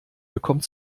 bekommt